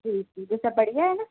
जी जी बियो सभु बढ़िया आहे न